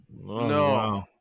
No